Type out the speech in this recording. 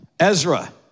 Ezra